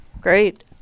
Great